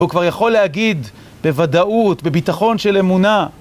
הוא כבר יכול להגיד בוודאות, בביטחון של אמונה.